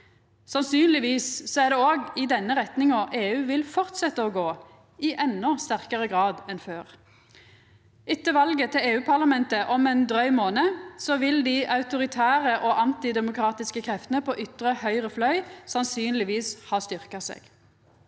Sannsynlegvis er det òg i denne retninga EU vil fortsetja å gå, i endå sterkare grad enn før. Etter valet til EU-parlamentet om ein dryg månad vil dei autoritære og antidemokratiske kreftene på ytre høgre fløy sannsynlegvis ha styrkt seg.